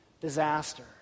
disaster